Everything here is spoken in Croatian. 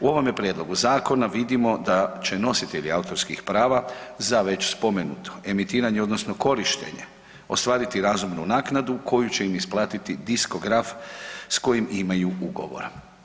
U ovome prijedlogu zakona vidimo da će nositelji autorskih prava za već spomenuto emitiranje odnosno korištenje ostvariti razumnu naknadu koju će im isplatiti diskograf s kojim imaju ugovor.